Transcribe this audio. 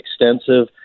extensive